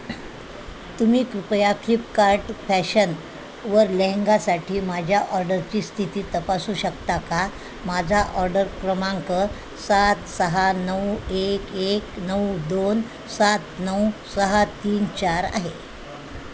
तुम्ही कृपया फ्लिपकार्ट फॅशनवर लेहंगासाठी माझ्या ऑर्डरची स्थिती तपासू शकता का माझा ऑर्डर क्रमांक सात सहा नऊ एक एक नऊ दोन सात नऊ सहा तीन चार आहे